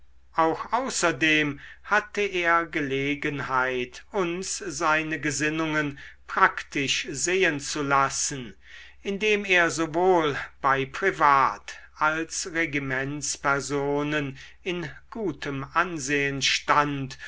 auch außerdem hatte er gelegenheit uns seine gesinnungen praktisch sehen zu lassen indem er sowohl bei privat als regimentspersonen in gutem ansehen stand